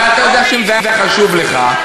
הרי אתה יודע שאם זה היה חשוב לך,